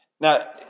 Now